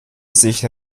sich